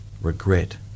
regret